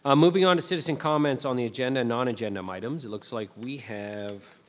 um moving on to citizen comments on the agenda and non-agenda items, it looks like we have